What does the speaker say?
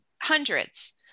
hundreds